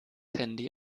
handy